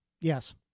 Yes